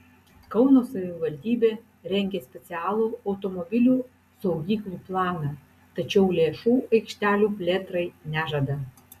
kauno savivaldybė rengia specialų automobilių saugyklų planą tačiau lėšų aikštelių plėtrai nežada